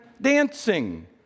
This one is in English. dancing